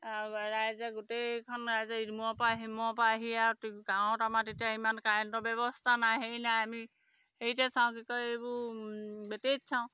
ৰাইজে গোটেইখন ৰাইজে ইমূৰৰ পৰা সিমূৰৰ পৰা আহি আৰু গাঁৱত আমাৰ তেতিয়া ইমান কাৰেণ্টৰ ব্যৱস্থা নাই সেই নাই আমি হেৰিতে চাওঁ কি কয় এইবোৰ বেটেৰীত চাওঁ